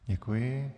Děkuji.